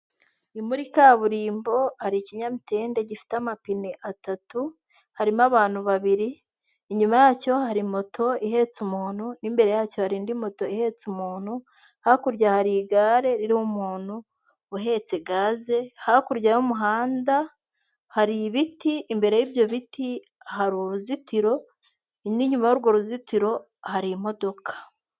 Ni muri kaburimbo hari ikinyamitende gifite amapine atatu, harimo abantu babiri, inyuma yacyo hari moto ihetse umuntu n'imbere yacyo hari indi moto ihetse umuntu, hakurya hari igare ry'umuntu uhetse gaze, hakurya y'umuhanda hari ibiti, imbere y'ibyo biti hari uruzitiro n'inyuma y'urwo ruzitiro hari imodoka.